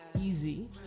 easy